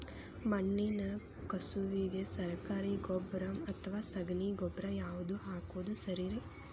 ಮಣ್ಣಿನ ಕಸುವಿಗೆ ಸರಕಾರಿ ಗೊಬ್ಬರ ಅಥವಾ ಸಗಣಿ ಗೊಬ್ಬರ ಯಾವ್ದು ಹಾಕೋದು ಸರೇರಿ?